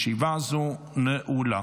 נמנע אחד.